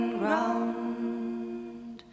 ground